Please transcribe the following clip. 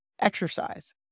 exercise